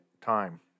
time